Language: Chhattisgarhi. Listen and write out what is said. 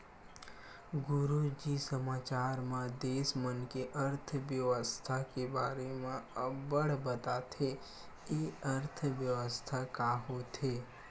गुरूजी समाचार म देस मन के अर्थबेवस्था के बारे म अब्बड़ बताथे, ए अर्थबेवस्था का होथे?